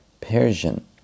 Persian